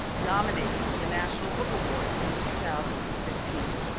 nominated for the national book award in two thousand and fifteen.